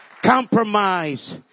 Compromise